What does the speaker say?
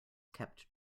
kept